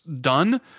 done